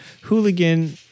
hooligan